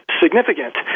significant